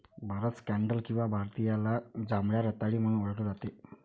भारतात स्कँडल किंवा भारतीयाला जांभळ्या रताळी म्हणून ओळखले जाते